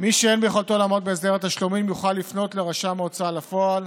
מי שאין ביכולתו לעמוד בהסדר התשלומים יוכל לפנות לרשם ההוצאה לפועל,